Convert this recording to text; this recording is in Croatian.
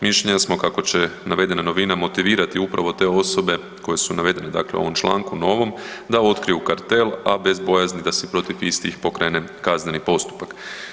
Mišljenja smo kako će navedena novina motivirati upravo te osobe koje su navedene, dakle u ovom članku novom, da otkriju kartel, a bez bojazni da se protiv istih pokrene kazneni postupak.